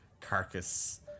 carcass